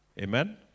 Amen